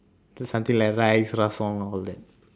so something like rice all that